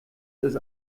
ist